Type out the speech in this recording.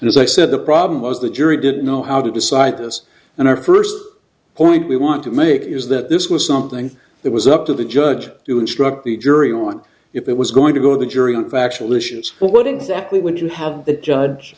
as i said the problem was the jury didn't know how to decide this and our first point we want to make is that this was something that was up to the judge to instruct the jury on if it was going to go to the jury on factual issues but what exactly would you have the judge